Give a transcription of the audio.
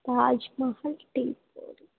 Taj Mahal tea పొడి